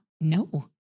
no